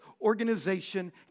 organization